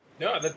No